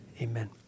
Amen